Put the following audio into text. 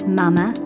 mama